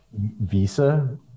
visa